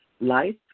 Life